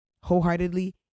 wholeheartedly